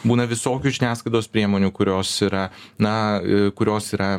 būna visokių žiniasklaidos priemonių kurios yra na kurios yra